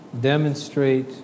demonstrate